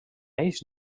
eix